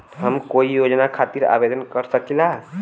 हम कोई योजना खातिर आवेदन कर सकीला?